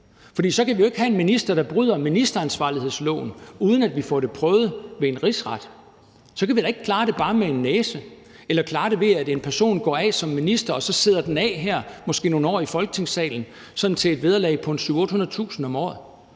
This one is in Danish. for så kan vi jo ikke have en minister, der bryder ministeransvarlighedsloven, uden at vi får det prøvet ved en rigsret. Så kan vi da ikke bare klare det med en næse, eller ved at en person går af som minister og så måske i nogle år sidder den af her i Folketingssalen til et vederlag på 700.000-800.000 kr. om året